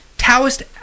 Taoist